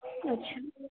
अच्छा